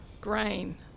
grain